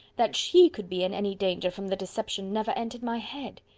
that she could be in any danger from the deception never entered my head.